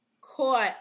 caught